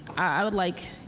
i would like,